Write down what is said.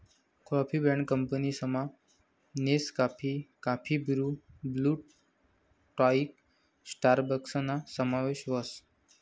coffee brand कंपनीसमा Nescafe, coffee Bru, Blue Tokai स्टारबक्सना समावेश व्हस